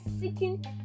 seeking